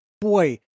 boy